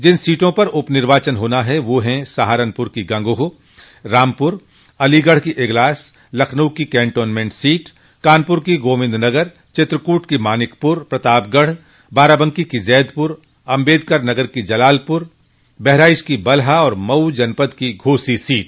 जिन सोटों पर उप निर्वाचन होना है वह है सहारनपुर की गंगोह रामपुर अलीगढ़ को इगलास लखनऊ की केन्टोमेंट सीट कानपुर की गोविन्द नगर चित्रकूट की मानिकपुर प्रतापगढ़ बाराबंकी की जैदपुर अम्बेडकर नगर की जलालपुर बहराइच की बलहा और मऊ जनपद की घोसी सीट